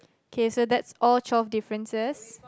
K so that's all twelve differences